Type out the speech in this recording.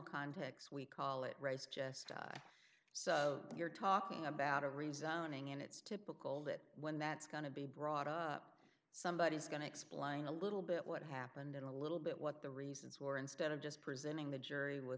context we call it rights justify so you're talking about a rezoning and it's typical that when that's going to be brought up somebody is going to explain a little bit what happened in a little bit what the reasons were instead of just presenting the jury w